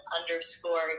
underscore